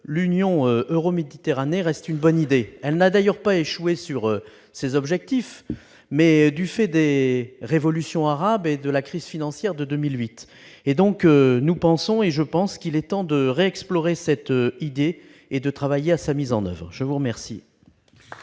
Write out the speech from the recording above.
l'Union pour la Méditerranée reste une bonne idée. Elle n'a d'ailleurs pas échoué sur ses objectifs, mais du fait des révolutions arabes et de la crise financière de 2008. Nous pensons donc qu'il est temps de réexplorer cette idée et de travailler à sa mise en oeuvre. La parole